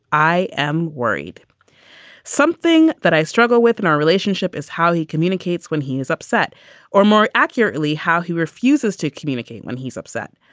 i am worried something that i struggle with in our relationship is how he communicates when he is upset or more accurately, how he refuses to communicate when he's upset.